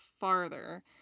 farther